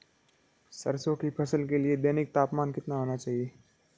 सरसों की फसल के लिए दैनिक तापमान कितना होना चाहिए?